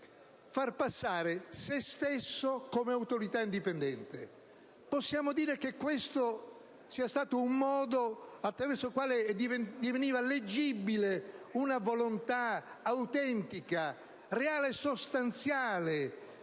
far passare se stesso come Autorità indipendente. Possiamo dire che questo sia stato un modo attraverso il quale si è tentato di far diventare leggibile una volontà autentica, sostanziale,